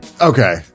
Okay